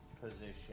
position